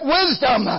wisdom